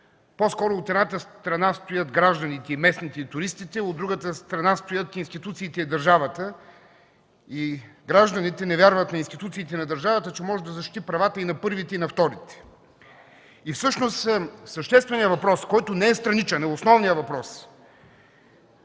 По-скоро от едната страна стоят гражданите, местните и туристите, а от другата страна стоят институциите и държавата, и гражданите не вярват на институциите и на държавата, че може да защити правата и на първите, и на вторите. Всъщност същественият въпрос, който не е страничен, а основният въпрос